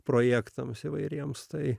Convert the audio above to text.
projektams įvairiems tai